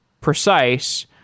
precise